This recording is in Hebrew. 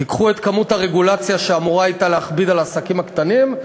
תיקחו את כמות הרגולציה שאמורה הייתה להכביד על העסקים הקטנים,